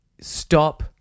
stop